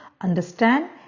understand